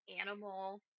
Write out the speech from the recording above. animal